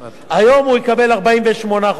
היום הוא יקבל 48 חודשים רטרואקטיבית.